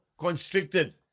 constricted